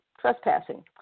trespassing